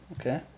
Okay